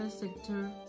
sector